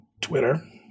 Twitter